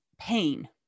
pain